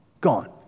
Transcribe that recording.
Gone